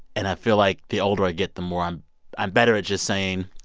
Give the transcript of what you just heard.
and i feel like the older i get, the more i'm i'm better at just saying,